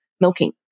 milking